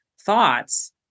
thoughts